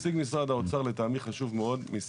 נציג משרד האוצר לטעמי חשוב מאוד.